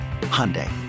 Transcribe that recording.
Hyundai